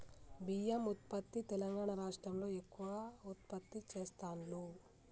బియ్యం ఉత్పత్తి తెలంగాణా రాష్ట్రం లో ఎక్కువ ఉత్పత్తి చెస్తాండ్లు